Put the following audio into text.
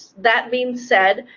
that being said,